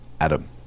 Adam